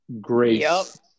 grace